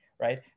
Right